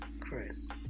Chris